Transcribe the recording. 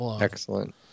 Excellent